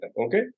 okay